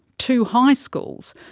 two high schools,